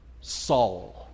Saul